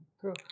True